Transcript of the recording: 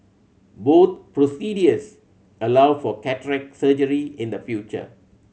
both procedures allow for cataract surgery in the future